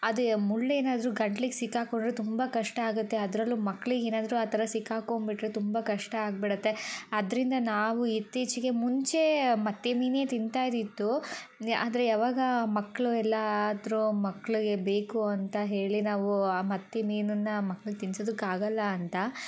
ಅದು ಮುಳ್ಳೆನಾದರೂ ಗಂಟ್ಲಿಗೆ ಸಿಕಾಕ್ಕೊಂಡ್ರೆ ತುಂಬ ಕಷ್ಟ ಆಗತ್ತೆ ಅದರಲ್ಲೂ ಮಕ್ಳಿಗೆ ಏನಾದರೂ ಆ ಥರ ಸಿಕಾಕ್ಕೊಂಬಿಟ್ರೆ ತುಂಬ ಕಷ್ಟ ಆಗ್ಬಿಡತ್ತೆ ಅದರಿಂದ ನಾವು ಇತ್ತೀಚೆಗೆ ಮುಂಚೆ ಮತ್ತಿ ಮೀನೇ ತಿಂತಾಯಿದಿದ್ದು ಆದರೆ ಯಾವಾಗ ಮಕ್ಕಳು ಎಲ್ಲ ಆದರೊ ಮಕ್ಳಿಗೆ ಬೇಕು ಅಂತ ಹೇಳಿ ನಾವು ಮತ್ತಿ ಮೀನನ್ನು ಮಕ್ಳಿಗೆ ತಿನ್ಸೋದಕ್ಕೆ ಆಗಲ್ಲ ಅಂತ